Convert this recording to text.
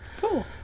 Cool